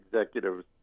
executives